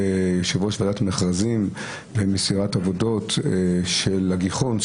יושב-ראש ועדת מכרזים במסירת עבודות של הגיחון,